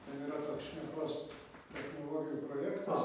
ten yra toks šnekos technologijų projektas